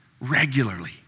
regularly